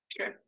Okay